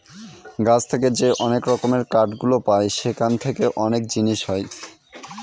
গাছ থেকে যে অনেক রকমের কাঠ গুলো পায় সেখান থেকে অনেক জিনিস হয়